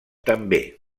també